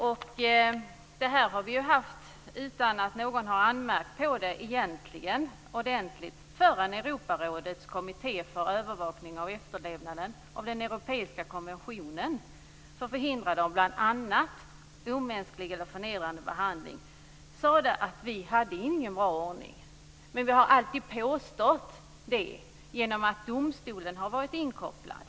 Vi har haft det på detta sätt utan att någon har anmärkt ordentligt på det, förrän Europarådets kommitté för övervakning av efterlevnaden av den europeiska konventionen till förhindrande av bl.a. omänsklig eller förnedrande behandling sade att vi inte hade någon bra ordning. Men vi har alltid påstått det, genom att domstolen har varit inkopplad.